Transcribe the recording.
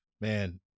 Man